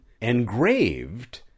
engraved